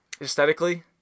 aesthetically